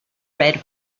red